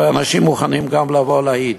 ואנשים מוכנים גם לבוא ולהעיד.